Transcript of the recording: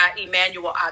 Emmanuel